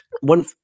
One